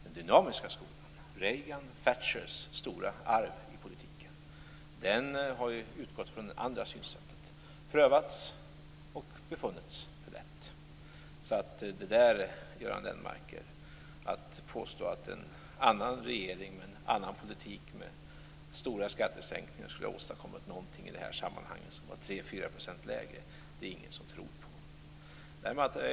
Den dynamiska skolan - Reagans och Thatchers stora arv i politiken - har utgått från det andra synsättet. Det har prövats och befunnits för lätt. Att en annan regering med en annan politik skulle ha åstadkommit 3-4 % lägre arbetslöshet genom stora skattesänkningar är det ingen som tror på, Göran Lennmarker.